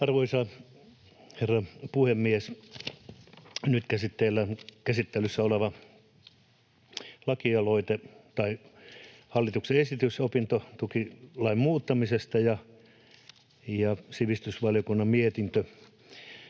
Arvoisa herra puhemies! Nyt käsittelyssä on hallituksen esitys opintotukilain muuttamisesta ja sivistysvaliokunnan mietintö.